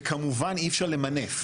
וכמובן אי אפשר למנף.